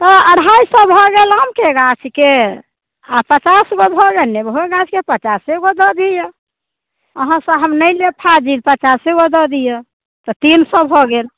तऽ अढ़ाइ सए भऽ गेल आमके गाछके आओर पचास गो भऽ गेल नेबो गाछके पचासे गो दऽ दिऽ आहाँसँ हम नहि लेब फाजिल पचासे गो दऽ दिऽ तऽ तीन सए भऽ गेल